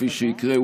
כפי שיקרה,